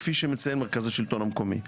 כפי שמציין מרכז השלטון המקומי.